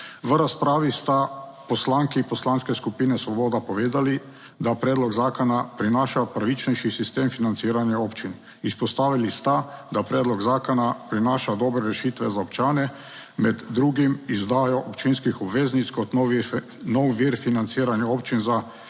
V razpravi sta poslanki Poslanske skupine Svoboda povedali, da predlog zakona prinaša pravičnejši sistem financiranja občin. Izpostavili sta, da predlog zakona prinaša dobre rešitve za občane, med drugim izdajo občinskih obveznic kot nov vir financiranja občin za